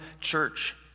church